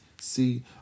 See